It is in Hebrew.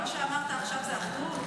מה שאמרת עכשיו זה אחדות?